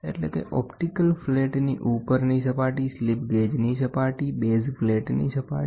એટલે કે ઓપ્ટિકલ ફ્લેટની ઉપરની સપાટી સ્લિપ ગેજની સપાટી બેઝ પ્લેટની સપાટી